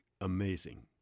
amazing